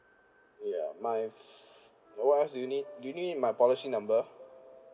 ya my f~ uh what else do you need do you need my policy number